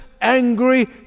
angry